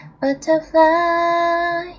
butterfly